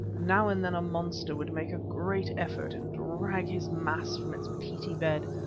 now and then a monster would make a great effort and drag his mass from its peaty bed,